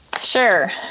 Sure